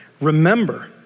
Remember